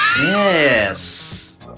Yes